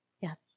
Yes